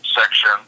section